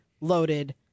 loaded